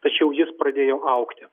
tačiau jis pradėjo augti